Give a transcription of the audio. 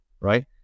right